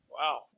Wow